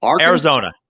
Arizona